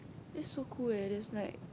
that's so cool leh there's like